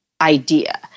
idea